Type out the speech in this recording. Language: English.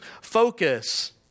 focus